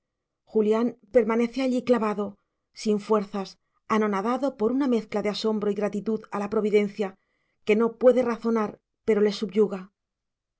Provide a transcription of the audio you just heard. julián permanece allí clavado sin fuerzas anonadado por una mezcla de asombro y gratitud a la providencia que no puede razonar pero le subyuga